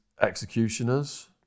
executioners